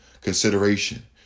consideration